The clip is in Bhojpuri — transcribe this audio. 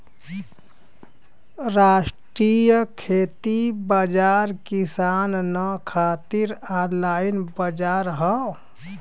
राष्ट्रीय खेती बाजार किसानन खातिर ऑनलाइन बजार हौ